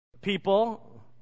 people